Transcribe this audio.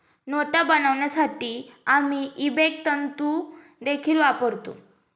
नोटा बनवण्यासाठी आम्ही इबेक तंतु देखील वापरतो